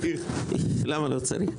למה לא צריך?